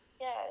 Yes